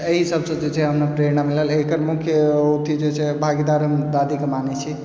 एहि सभसँ जे छै हमरा प्रेरणा मिलल एकर मुख्य अथी जे छै भागीदार हम दादीके मानै छी